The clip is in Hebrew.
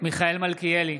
מיכאל מלכיאלי,